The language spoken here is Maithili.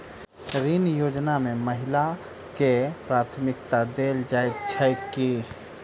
ऋण योजना मे महिलाकेँ प्राथमिकता देल जाइत छैक की?